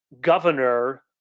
governor